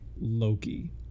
Loki